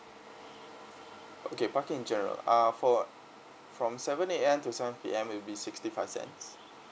okay parking in general uh for from seven A_M to seven P_M it'll be sixty five cents